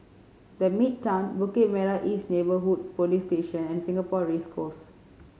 The Midtown Bukit Merah East Neighbourhood Police Station and Singapore Race Course